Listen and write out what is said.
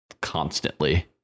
constantly